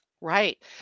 right